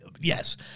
Yes